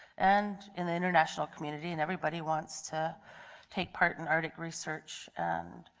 and in the international community and everybody wants to take part in arctic research. and